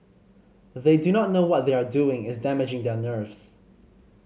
they do not know what they are doing is damaging their nerves